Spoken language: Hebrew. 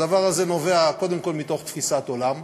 הדבר הזה נובע קודם כול מתוך תפיסת עולם,